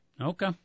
Okay